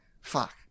fuck